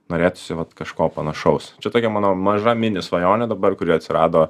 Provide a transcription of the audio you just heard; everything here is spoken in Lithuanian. norėtųsi vat kažko panašaus čia tokia mano maža mini svajonė dabar kuri atsirado